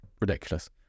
ridiculous